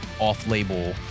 off-label